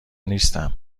نیستم